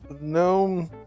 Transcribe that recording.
No